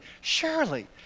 surely